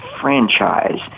franchise